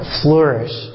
flourish